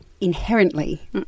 inherently